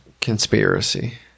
conspiracy